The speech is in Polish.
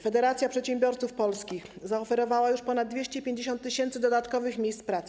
Federacja Przedsiębiorców Polskich zaoferowała już ponad 250 tys. dodatkowych miejsc pracy.